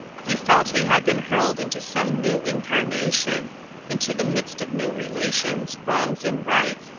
he felt he had been hurled into some new incarnation into the midst of new relations, wrongs and rights,